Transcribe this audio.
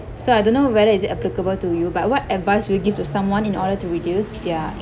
so I don't know whether is it applicable to you but what advice will you give to someone in order to reduce their